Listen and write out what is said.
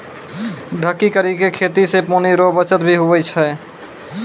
ढकी करी के खेती से पानी रो बचत भी हुवै छै